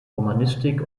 romanistik